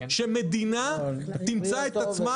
כאשר המדינה תמצא את עצמה